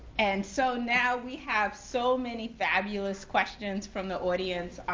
and so now we have so many fabulous questions from the audience.